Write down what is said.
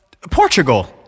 Portugal